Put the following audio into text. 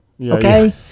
Okay